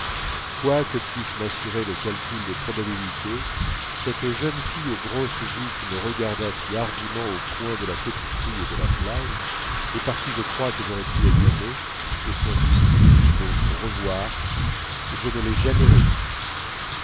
quoi que puisse m'assurer le calcul des probabilités cette jeune fille aux grosses joues qui me regarda si hardiment au coin de la petite rue et de la plage et par qui je crois que j'aurais pu être aimé au sens strict du mot revoir je ne l'ai jamais revue